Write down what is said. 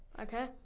Okay